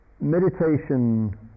meditation